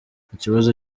ikibazo